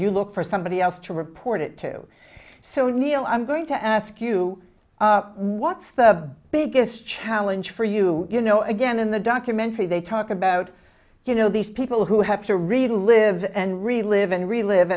you look for somebody else to report it to so neal i'm going to ask you what's the biggest challenge for you you know again in the documentary they talk about you know these people who have to really live and relive and relive